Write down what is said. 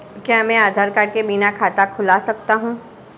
क्या मैं आधार कार्ड के बिना खाता खुला सकता हूं?